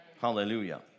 Hallelujah